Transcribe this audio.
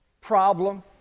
problem